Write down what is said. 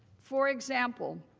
for example,